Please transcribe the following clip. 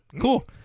cool